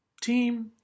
Team